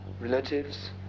relatives